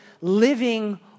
living